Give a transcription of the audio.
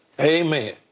Amen